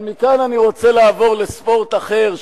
אבל מכאן אני רוצה לעבור לספורט אחר,